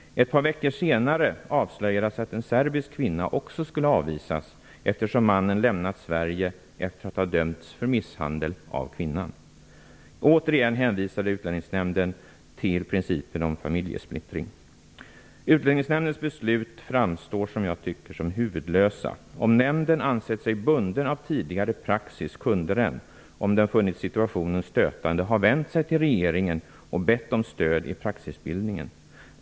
Ett par veckor senare avslöjades att en serbisk kvinna också skulle avvisas, eftersom mannen lämnat Sverige efter att ha dömts för misshandel mot kvinnan. Återigen hänvisade Utlänningsnämnden till principen om familjesplittring. Utlänningsnämndens beslut framstår som huvudlösa. Om nämnden ansett sig bunden av tidigare praxis kunde den, om den funnit situationen stötande, ha vänt sig till regeringen och bett om stöd i praxisbildningen.